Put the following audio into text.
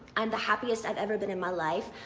i'm the happiest i've ever been in my life.